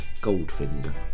Goldfinger